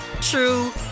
true